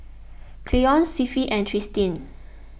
Cleon Cliffie and Tristin